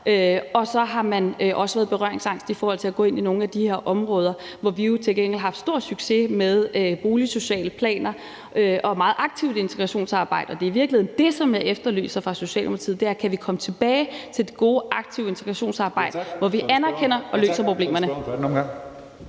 – og at man har været berøringsangst i forhold til at gå ind i nogle af de her områder, hvor vi jo til gengæld har haft stor succes med boligsociale planer og et meget aktivt integrationsarbejde. Og det er i virkeligheden det, som jeg efterlyser fra Socialdemokratiet: Kan vi komme tilbage til det gode aktive integrationsarbejde, hvor vi anerkender og løser problemerne?